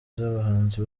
z’abahanzi